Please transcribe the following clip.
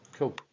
Cool